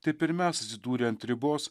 taip ir mes atsidūrę ant ribos